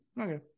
okay